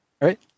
Right